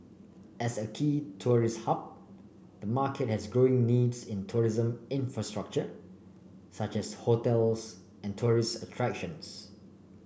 as a key tourist hub the market has growing needs in tourism infrastructure such as hotels and tourist attractions